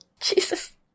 Jesus